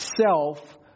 self